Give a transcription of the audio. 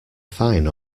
fine